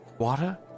water